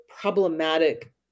problematic